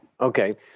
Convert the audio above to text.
Okay